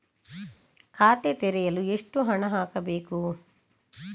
ಖಾತೆ ತೆರೆಯಲು ಎಷ್ಟು ಹಣ ಹಾಕಬೇಕು?